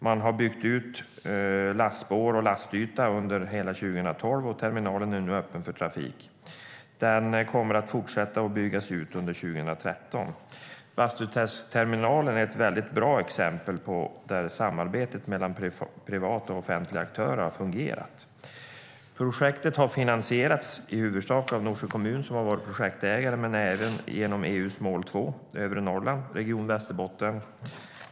Man har byggt ut lastspår och lastyta under hela 2012, och terminalen är nu öppen för trafik. Den kommer att fortsätta att byggas ut under 2013. Bastuträskterminalen är ett väldigt bra exempel på ett samarbete mellan privat och offentlig aktör som har fungerat. Projektet har i huvudsak finansierats av Norsjö kommun som har varit projektägare, men även genom EU:s mål 2, övre Norrland, region Västerbotten.